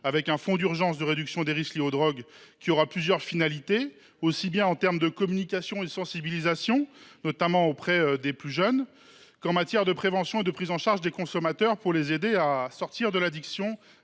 avec ce fonds d’urgence de réduction des risques liés aux drogues, qui aura plusieurs finalités aussi bien en termes de communication et de sensibilisation, notamment auprès des plus jeunes, qu’en matière de prévention et de prise en charge des consommateurs pour les aider à sortir de l’addiction.